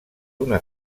una